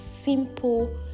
simple